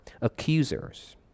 accusers